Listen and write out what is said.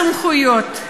העברת סמכויות.